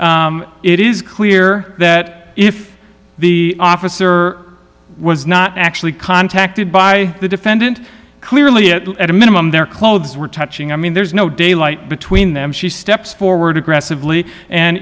not it is clear that if the officer was not actually contacted by the defendant clearly at a minimum their clothes were touching i mean there's no daylight between them she steps forward aggressively and